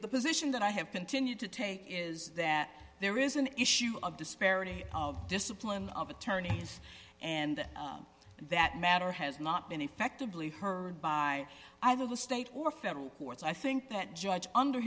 position that i have continued to take is that there is an issue of disparity of discipline of attorneys and that matter has not been effectively heard by either the state or federal courts i think that judge